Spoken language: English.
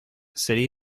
city